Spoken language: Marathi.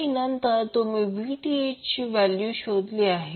आणि नंतर तुम्ही Vth ची व्हॅल्यू शोधली आहे